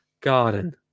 garden